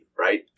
right